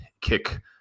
kick